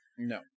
No